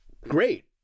great